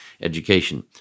education